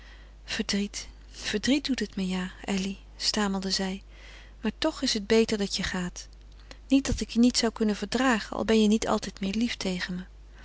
verdriet verdriet doet het me ja elly stamelde zij maar toch is het beter dat je gaat niet dat ik je niet zou kunnen verdragen al ben je niet altijd meer lief tegen me